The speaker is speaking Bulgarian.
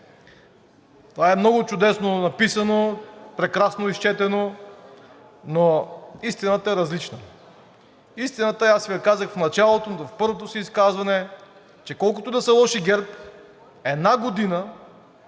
Това е много чудесно написано, прекрасно изчетено, но истината е различна. Истината аз Ви я казах в началото, в първото си изказване, че колкото да са лоши ГЕРБ, една година,